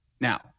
Now